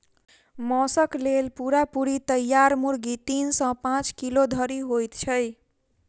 मौसक लेल पूरा पूरी तैयार मुर्गी तीन सॅ पांच किलो धरि होइत छै